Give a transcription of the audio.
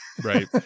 Right